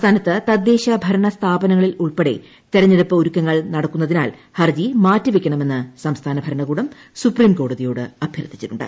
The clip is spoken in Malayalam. സംസ്ഥാനത്ത് തദ്ദേശഭരണ സ്ഥാപനങ്ങളിൽ ഉൾപ്പെടെ തിരഞ്ഞെടുപ്പ് ഒരുക്കങ്ങൾ നടക്കുന്നതിനാൽ ഹർജി മാറ്റി വെക്കണമെന്ന് സംസ്ഥാന ഭരണകൂടം സുപ്രീം കോടതിയോട് അഭ്യർത്ഥിച്ചിട്ടുണ്ട്